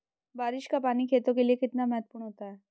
बारिश का पानी खेतों के लिये कितना महत्वपूर्ण होता है?